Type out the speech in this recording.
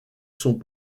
sont